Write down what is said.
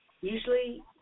usually